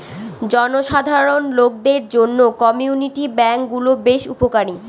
জনসাধারণ লোকদের জন্য কমিউনিটি ব্যাঙ্ক গুলো বেশ উপকারী